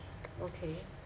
okay